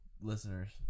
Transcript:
listeners